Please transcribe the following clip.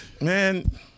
Man